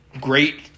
great